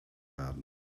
werden